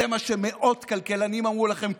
זה מה שמאות כלכלנים אמרו לכם,